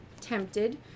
tempted